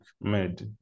made